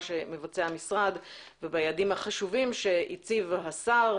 שמבצע המשרד וביעדים החשובים שהציב השר,